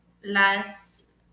las